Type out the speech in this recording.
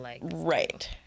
right